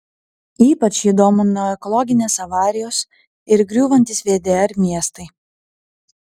ypač jį domino ekologinės avarijos ir griūvantys vdr miestai